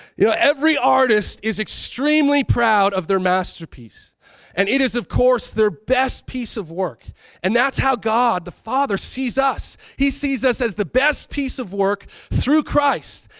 you know, every artist is extremely proud of their masterpiece and it is of course, their best piece of work and that's how god, the father sees us. he sees us as the best piece of work through christ.